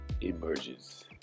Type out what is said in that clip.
emerges